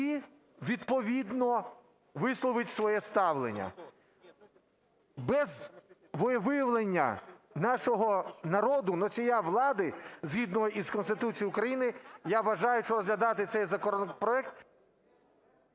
і відповідно висловить своє ставлення. Без волевиявлення нашого народу - носія влади згідно із Конституцією України, - я вважаю, що розглядати цей законопроект…